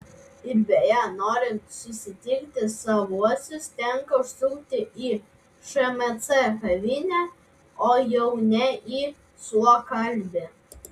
ir beje norint susitikti savuosius tenka užsukti į šmc kavinę o jau ne į suokalbį